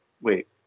wait